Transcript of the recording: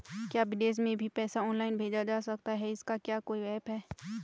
क्या विदेश में भी पैसा ऑनलाइन भेजा जा सकता है इसका क्या कोई ऐप है?